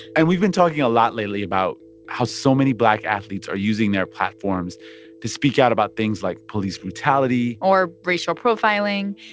and we've been talking a lot lately about how so many black athletes are using their platforms to speak out about things like police brutality. or racial profiling.